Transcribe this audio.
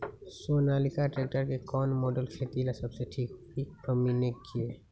Sonalika tractor के कौन model खेती ला सबसे ठीक होई हमने की?